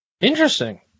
Interesting